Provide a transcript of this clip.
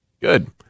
good